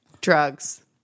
drugs